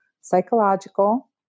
psychological